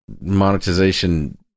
monetization